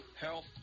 health